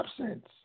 Absence